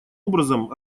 образом